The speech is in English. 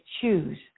choose